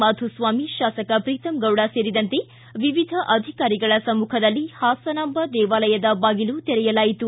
ಮಾಧುಸ್ವಾಮಿ ಶಾಸಕ ಪ್ರೀತಂ ಗೌಡ ಸೇರಿದಂತೆ ವಿವಿಧ ಅಧಿಕಾರಿಗಳ ಸಮ್ಮುಖದಲ್ಲಿ ಹಾಸನಾಂಬ ದೇವಾಲಯದ ಬಾಗಿಲು ತೆರೆಯಲಾಯಿತು